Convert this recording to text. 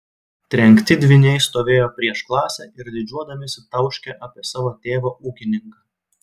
trenkti dvyniai stovėjo prieš klasę ir didžiuodamiesi tauškė apie savo tėvą ūkininką